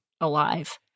alive